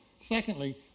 Secondly